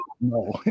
no